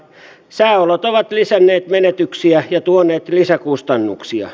sääolot ovat lisänneet menetyksiä ja tuoneet lisäkustannuksia